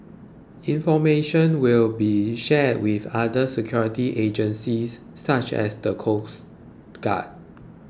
information will be shared with other security agencies such as the coast guard